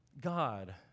God